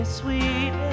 sweet